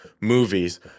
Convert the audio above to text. movies